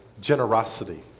generosity